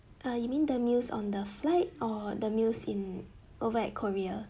uh you mean the meals on the flight or the meals in over at korea